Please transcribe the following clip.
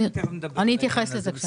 אנחנו נדבר על העניין הזה.